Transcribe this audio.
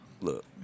Look